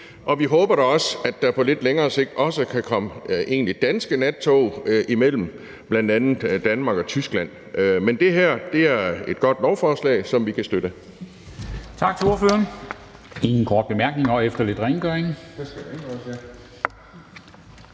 og vi håber da også, at der på lidt længere sigt også kan komme danske nattog imellem bl.a. Danmark og Tyskland. Men det her er et godt lovforslag, som vi kan støtte.